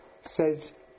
says